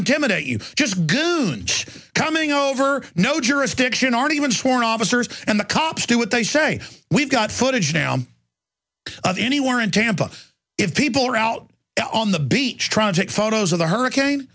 intimidate you just goon coming over no jurisdiction aren't even sworn officers and the cops do what they say we've got footage down anywhere in tampa if people are out on the beach trying to take photos of the hurricane